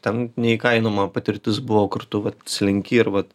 ten neįkainojama patirtis buvo kur tu vat slenki ir vat